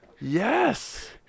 yes